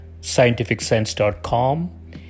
scientificsense.com